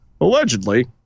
allegedly